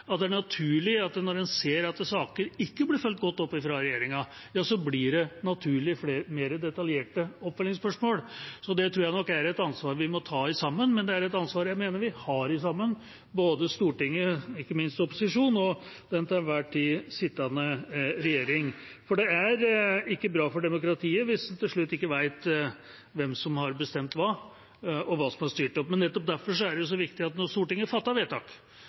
det er naturlig når en ser at saker ikke blir fulgt godt opp fra regjeringa, at det da blir mer detaljerte oppfølgingsspørsmål. Det tror jeg er et ansvar vi må ta sammen, og det er et ansvar jeg mener vi har sammen, både Stortinget, ikke minst opposisjonen, og den til enhver tid sittende regjering. For det er ikke bra for demokratiet hvis en til slutt ikke vet hvem som har bestemt hva, og hva som har styrt. Nettopp derfor er det så viktig at når Stortinget fatter vedtak,